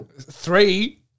Three